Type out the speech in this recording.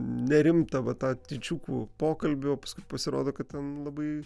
nerimta va tą tyčiukų pokalbį o paskui pasirodo kad ten labai